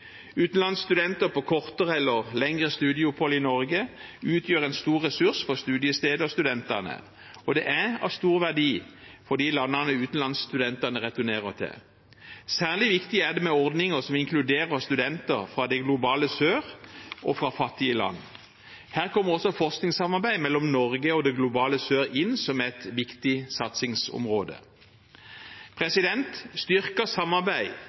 Utenlandsstudenter på kortere eller lengre studieopphold i Norge utgjør en stor ressurs for studiestedet og studentene. Det er av stor verdi for de landene utenlandsstudentene returnerer til. Særlig viktig er det med ordninger som inkluderer studenter fra det globale sør og fra fattige land. Her kommer også forskningssamarbeid mellom Norge og det globale sør inn som et viktig satsingsområde. Styrket samarbeid